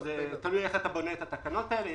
תלוי איך אתה בונה את התקנות האלו.